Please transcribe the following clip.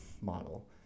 model